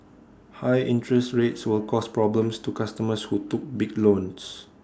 high interest rates will cause problems to customers who took big loans